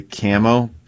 camo